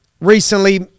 recently